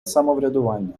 самоврядування